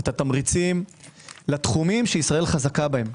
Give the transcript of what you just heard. את התמריצים לתחומים שישראל חזקה בהם.